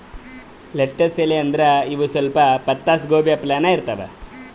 lettuce ಎಲಿ ಅಂದ್ರ ಇವ್ ಸ್ವಲ್ಪ್ ಪತ್ತಾಗೋಬಿ ಅಪ್ಲೆನೇ ಇರ್ತವ್